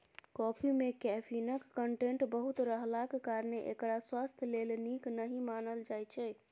coffee मे कैफीनक content बहुत रहलाक कारणेँ एकरा स्वास्थ्य लेल नीक नहि मानल जाइ छै